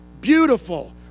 beautiful